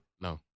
no